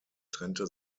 trennte